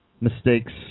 mistakes